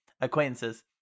acquaintances